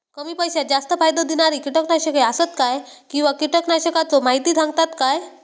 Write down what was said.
कमी पैशात जास्त फायदो दिणारी किटकनाशके आसत काय किंवा कीटकनाशकाचो माहिती सांगतात काय?